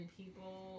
people